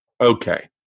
Okay